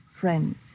friends